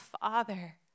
father